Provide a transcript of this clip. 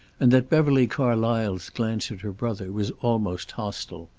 and that beverly carlysle's glance at her brother was almost hostile.